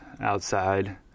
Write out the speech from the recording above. outside